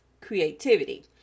creativity